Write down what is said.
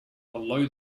below